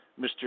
Mr